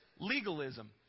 Legalism